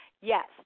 Yes